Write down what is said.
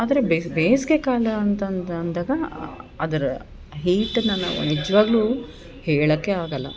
ಆದರೆ ಬೇಸಿಗೆ ಕಾಲ ಅಂತಂದು ಅಂದಾಗ ಅದರ ಹೀಟನ್ನು ನಾವು ನಿಜವಾಗ್ಲು ಹೇಳೋಕೆ ಆಗೋಲ್ಲ